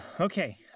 Okay